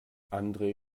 andre